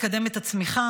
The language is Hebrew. לקדם את הצמיחה,